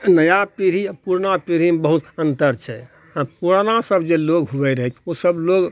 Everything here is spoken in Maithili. नया पीढ़ी आओर पुरना पीढ़ीमे बहुत अन्तर छै पुरानासभ जे लोग होबय रहय ओसभ लोग